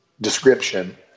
description